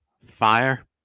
fire